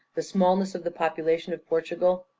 the smallness of the population of portugal,